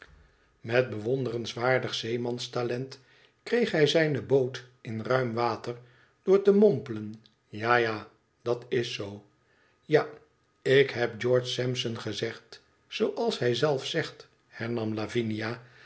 renswaardig zeemanstalent kreeg hij zijne boot in ruim water door te mompelen a ja dat is zoo i ja ik heb george sampson gezegd zooals hij zelf zegt hernam lavinia